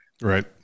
Right